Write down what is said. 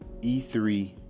E3